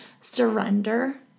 Surrender